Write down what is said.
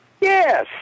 Yes